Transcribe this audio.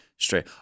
Straight